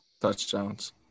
touchdowns